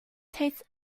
tastes